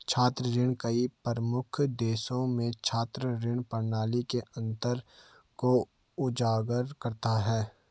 छात्र ऋण कई प्रमुख देशों में छात्र ऋण प्रणाली के अंतर को उजागर करता है